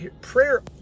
Prayer